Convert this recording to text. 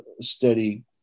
steady